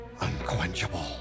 Unquenchable